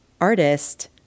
artist